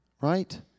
right